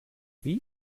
wie